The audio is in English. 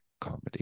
comedy